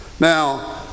Now